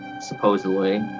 supposedly